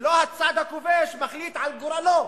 ולא הצד הכובש מחליט על גורלו